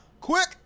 quick